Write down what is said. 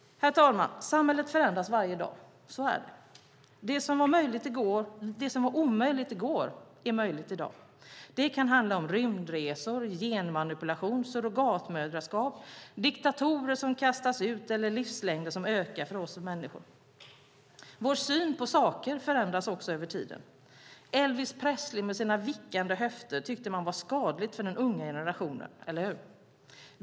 Herr talman! Samhället förändras varje dag. Så är det. Det som var omöjligt i går är möjligt i dag. Det kan handla om rymdresor, genmanipulation, surrogatmoderskap, diktatorer som kastas ut eller att livslängden ökar för oss människor. Vår syn på saker förändras också över tiden. Elvis Presley med sina vickande höfter tyckte man var skadlig för den unga generationen - eller hur?